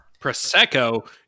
Prosecco